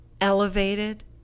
elevated